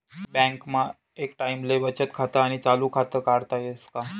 बँकमा एक टाईमले बचत खातं आणि चालू खातं काढता येस का?